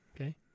Okay